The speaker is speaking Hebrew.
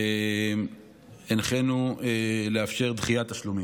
הנחינו לאפשר דחיית תשלומים.